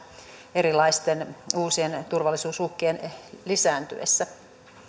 erilaisten uusien turvallisuusuhkien lisääntyessä